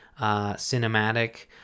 cinematic